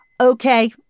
Okay